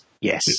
yes